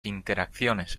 interacciones